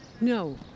No